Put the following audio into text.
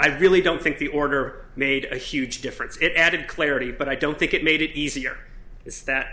i really don't think the order made a huge difference it added clarity but i don't think it made it easier is that